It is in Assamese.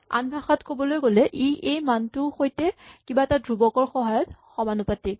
আন ভাষাত ক'বলৈ গ'লে ই সেই মানটোৰ সৈতে কিবা এটা ধ্ৰুৱকৰ সহায়ত সমানুপাতিক